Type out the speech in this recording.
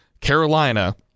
Carolina